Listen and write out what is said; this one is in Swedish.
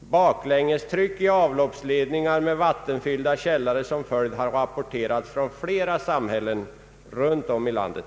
Baklängestryck i avloppsledningar med vattenfyllda källare som följd har rapporterats från flera samhällen runt om i landet.